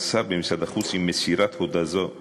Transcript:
שר במשרד החוץ עם מסירת הודעה זו לכנסת.